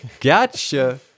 Gotcha